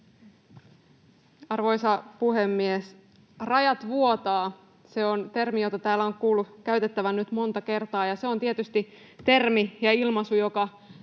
Arvoisa puhemies! Rajat vuotavat — se on termi, jota täällä on kuullut käytettävän nyt monta kertaa, ja se on tietysti termi ja ilmaisu, joka